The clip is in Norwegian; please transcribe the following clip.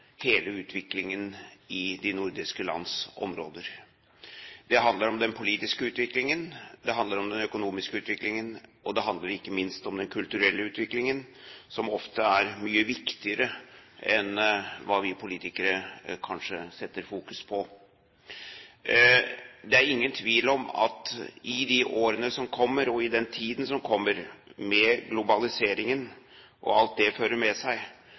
hele utviklingen i de nordiske lands områder. Det handler om den politiske utviklingen, det handler om den økonomiske utviklingen, og det handler ikke minst om den kulturelle utviklingen, som ofte er mye viktigere enn hva vi politikere kanskje setter fokus på. Det er ingen tvil om at i de årene som kommer og i den tiden som kommer med globaliseringen og alt det fører med seg,